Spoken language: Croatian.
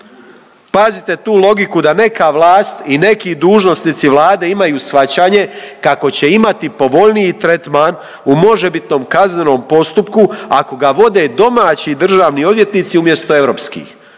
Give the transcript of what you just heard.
Pazite tu logiku da neka vlast i neki dužnosnici Vlade imaju shvaćanje kako će imati povoljniji tretman u možebitnom kaznenom postupku ako ga vode domaći državni odvjetnici umjesto europskih.